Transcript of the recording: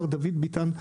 מר דוד ביטן,